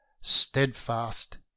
steadfast